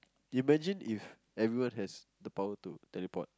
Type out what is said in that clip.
imagine if everyone has the power to teleport